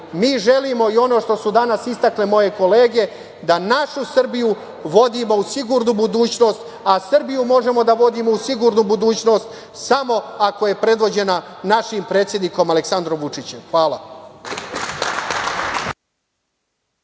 Mi želimo i ono što su danas istakle moje kolege, da našu Srbiju vodimo u sigurnu budućnost, a Srbiju možemo da vodimo u sigurnu budućnost samo ako je predvođena našim predsednikom Aleksandrom Vučićem. Hvala.